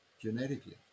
genetically